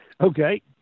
Okay